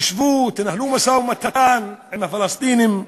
תשבו, תנהלו משא-ומתן עם הפלסטינים,